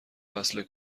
وصله